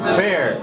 fair